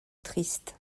tristes